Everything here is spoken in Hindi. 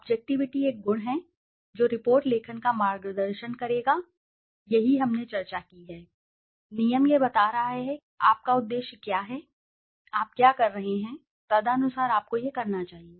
ऑब्जेक्टिविटी एक गुण है जो रिपोर्ट लेखन का मार्गदर्शन करेगा यही हमने चर्चा की है नियम यह बता रहा है जैसे यह है इसलिए आपका उद्देश्य क्या है आप क्या कर रहे हैं तदनुसार आपको यह करना चाहिए